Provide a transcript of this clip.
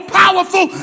powerful